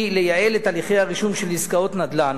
היא לייעל את הליכי הרישום של עסקאות נדל"ן.